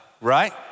right